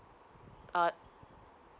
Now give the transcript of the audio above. uh